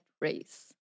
race